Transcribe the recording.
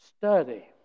Study